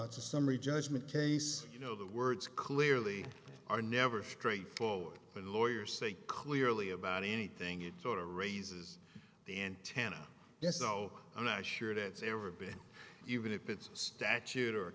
it's a summary judgment case you know the words clearly are never straightforward when lawyers say clearly about anything it sort of raises the antenna yes no i'm not sure that's ever been even if it's statute or